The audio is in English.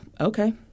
okay